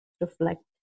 reflect